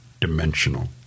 dimensional